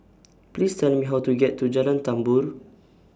Please Tell Me How to get to Jalan Tambur